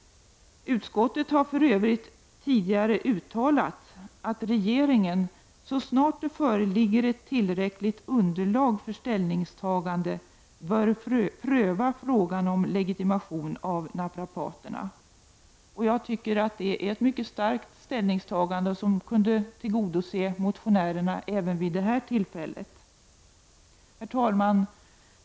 Utskottet har för övrigt tidigare uttalat att regeringen, så snart det föreligger ett tillräckligt underlag för ställningstagande, bör pröva frågan om legitimation av naprapaterna. Jag tycker att det är ett mycket starkt ställningstagande, som kunde tillgodose motionärernas önskemål även vid det här tillfället. Herr talman!